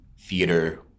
theater